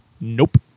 Nope